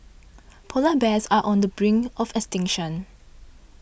Polar Bears are on the brink of extinction